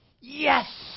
Yes